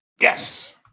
Yes